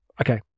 Okay